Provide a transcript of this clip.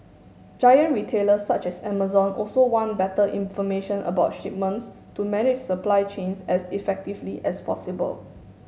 giant retailers such as Amazon also want better information about shipments to manage supply chains as effectively as possible